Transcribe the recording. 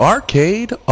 Arcade